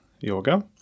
yoga